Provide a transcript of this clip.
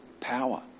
power